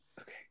Okay